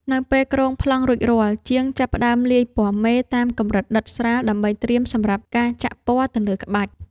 នៅពេលគ្រោងប្លង់រួចរាល់ ជាងចាប់ផ្ដើមលាយពណ៌មេតាមកម្រិតដិតស្រាល ដើម្បីត្រៀមសម្រាប់ការចាក់ពណ៌ទៅលើក្បាច់។